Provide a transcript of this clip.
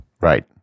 Right